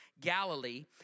Galilee